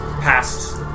past